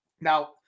Now